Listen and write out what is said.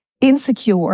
insecure